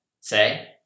say